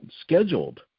scheduled